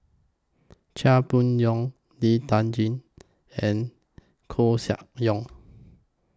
Chia Boon Leong Lee Tjin and Koeh Sia Yong